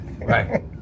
right